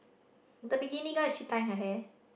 the bikini girl is she tying her hair